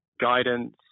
guidance